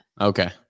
Okay